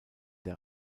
der